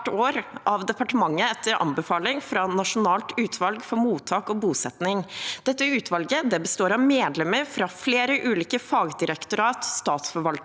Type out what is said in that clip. hvert år av departementet etter anbefaling fra Nasjonalt utvalg for mottak og bosetting. Dette utvalget består av medlemmer fra flere ulike fagdirektorat, statsforvaltere